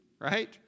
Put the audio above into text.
right